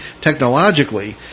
technologically